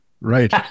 right